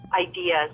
ideas